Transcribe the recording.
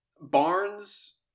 Barnes